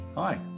Hi